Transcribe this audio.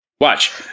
Watch